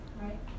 Right